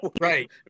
Right